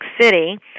City